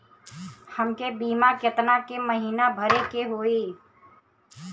हमके बीमा केतना के महीना भरे के होई?